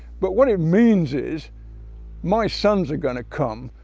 but what it means is my sons are going to come,